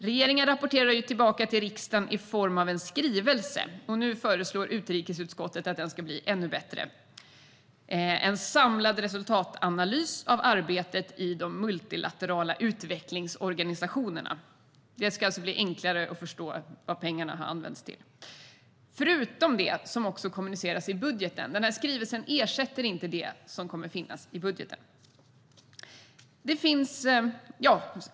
Regeringen rapporterar tillbaka till riksdagen i form av en skrivelse. Nu föreslår utrikesutskottet att den ska bli ännu bättre. Det ska bli en samlad resultatanalys av arbetet i de multilaterala utvecklingsorganisationerna. Det ska alltså bli enklare att förstå vad pengarna har använts till. Det är förutom det som kommuniceras i budgeten. Skrivelsen ersätter inte det som kommer att finnas i budgeten.